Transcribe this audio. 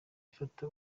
ifata